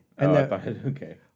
Okay